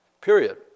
period